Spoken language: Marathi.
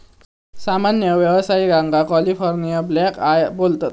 सामान्य व्यावसायिकांका कॅलिफोर्निया ब्लॅकआय बोलतत